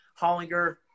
Hollinger